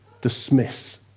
dismiss